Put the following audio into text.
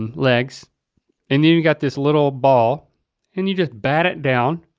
um legs and you got this little ball and you just bend it down.